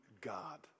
God